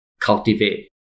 cultivate